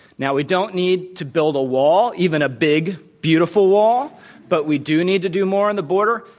now, we don't need to build a wall, even a big, beautiful wall but we do need to do more on the border.